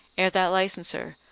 ere that licenser,